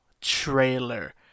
trailer